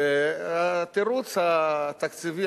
והתירוץ התקציבי,